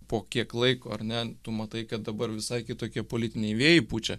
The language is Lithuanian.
po kiek laiko ar ne tu matai kad dabar visai kitokie politiniai vėjai pučia